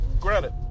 granted